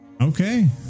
Okay